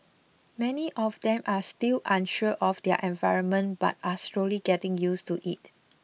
many of them are still unsure of their environment but are slowly getting used to it